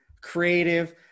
creative